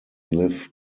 live